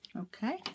Okay